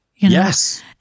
yes